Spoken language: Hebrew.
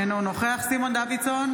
אינו נוכח סימון דוידסון,